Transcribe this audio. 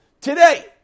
today